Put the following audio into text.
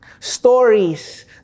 stories